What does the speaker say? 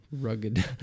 Rugged